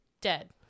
Dead